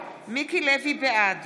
בעד